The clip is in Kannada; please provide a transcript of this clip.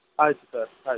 ಆಯಿತು ಸರ್ ಆಯಿತು